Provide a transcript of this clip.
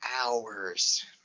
hours